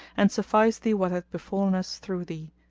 and suffice thee what hath befallen us through thee,